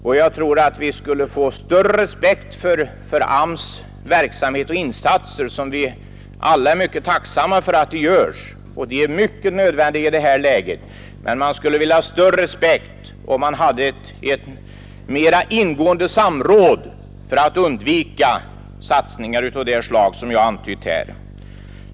Vi är alla tacksamma för AMS:s verksamhet, och den är ytterst nödvändig i det här läget, men respekten för AMS:s insatser skulle öka om det skedde ett mera ingående samråd för att undvika satsningar av det slag som jag har antytt.